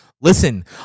Listen